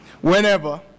whenever